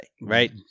Right